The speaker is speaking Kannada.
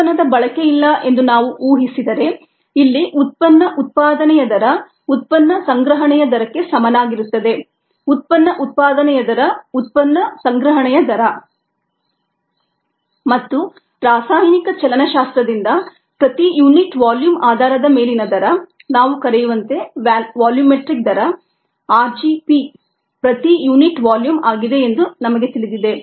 ಉತ್ಪನ್ನದ ಬಳಕೆ ಇಲ್ಲ ಎಂದು ನಾವು ಉಹಿಸಿದರೆ ಇಲ್ಲಿ ಉತ್ಪನ್ನ ಉತ್ಪಾದನೆಯ ದರ ಉತ್ಪನ್ನ ಸಂಗ್ರಹಣೆಯ ದರಕ್ಕೆ ಸಮನಾಗಿರುತ್ತದೆ ಉತ್ಪನ್ನ ಉತ್ಪಾದನೆಯ ದರ ಉತ್ಪನ್ನ ಸಂಗ್ರಹಣೆಯ ದರ ಮತ್ತು ರಾಸಾಯನಿಕ ಚಲನಶಾಸ್ತ್ರ ದಿಂದ ಪ್ರತಿ ಯುನಿಟ್ ವಾಲ್ಯೂಮ್ ಆಧಾರದ ಮೇಲಿನ ದರ ನಾವು ಕರೆಯುವಂತೆ ವಾಲ್ಯೂಮೆಟ್ರಿಕ್ ದರ r g P ಪ್ರತಿ ಯೂನಿಟ್ ವಾಲ್ಯೂಮ್ ಆಗಿದೆ ಎಂದು ನಮಗೆ ತಿಳಿದಿದೆ